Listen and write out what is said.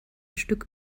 stück